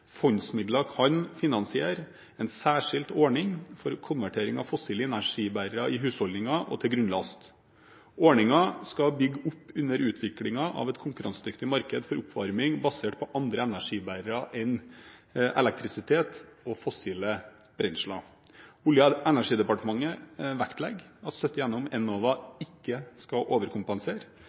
kan finansiere en særskilt ordning for konvertering av fossile energibærere i husholdninger, og til grunnlast. Ordningen skal bygge opp under utviklingen av et konkurransedyktig marked for oppvarming basert på andre energibærere enn elektrisitet og fossile brensler.» Olje- og energidepartementet vektlegger at støtte gjennom Enova ikke skal overkompensere.